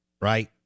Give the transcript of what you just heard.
right